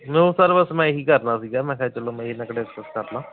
ਨੋ sir ਬਸ ਮੈਂ ਇਹੀ ਕਰਨਾ ਸੀਗਾ ਮੈਂ ਕਿਹਾ ਚਲੋ ਮੈਂ ਐਨਾ ਕੁ ਡਿਸਕਸ ਕਰ ਲਵਾਂ